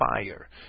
fire